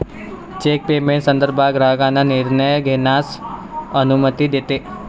check payment संदर्भात ग्राहकांना निर्णय घेण्यास अनुमती देते